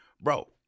Bro